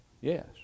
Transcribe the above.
Yes